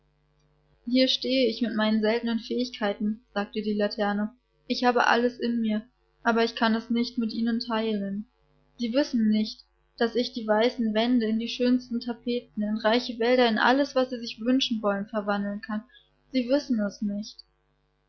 hier stehe ich mit meinen seltenen fähigkeiten sagte die laterne ich habe alles in mir aber ich kann es nicht mit ihnen teilen sie wissen nicht daß ich die weißen wände in die schönsten tapeten in reiche wälder in alles was sie sich wünschen wollen verwandeln kann sie wissen es nicht